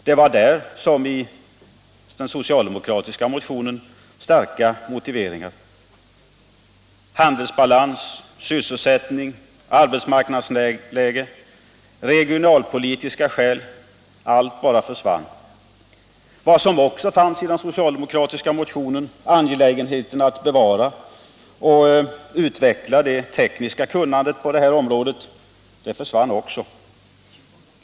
Det fanns i den liksom i den socialdemokratiska motionen starka motiveringar — handelsbalansen, sysselsättningen, arbetsmarknadsläget, regionalpolitiska skäl. Men allt bara försvann. Vad som också fanns i folkpartimotionen liksom i den socialdemokratiska motionen, nämligen angelägenheten att bevara och utveckla det tekniska kunnandet på detta område, försvann likaledes.